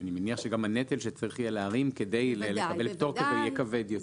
אני מניח שגם הנטל שצריך יהיה להרים כדי לקבל פטור יהיה כבד יותר.